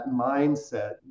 mindset